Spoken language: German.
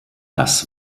das